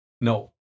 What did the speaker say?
No